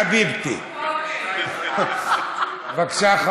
חביבתי.) בבקשה,